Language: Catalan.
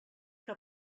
que